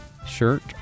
shirt